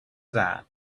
that